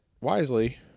wisely